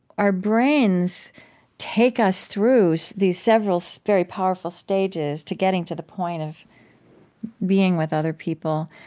our brains take us through these several, so very powerful stages to getting to the point of being with other people.